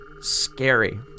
scary